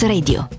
Radio